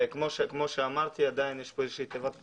וכמו שאמרתי, עדיין יש פה איזה שהיא תיבת פנדורה,